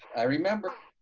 i remember.